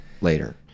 later